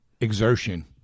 exertion